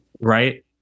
right